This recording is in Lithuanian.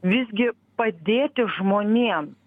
visgi padėti žmonėm